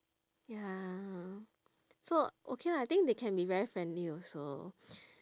ya so okay lah I think they can be very friendly also